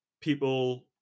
people